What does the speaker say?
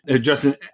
Justin